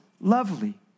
lovely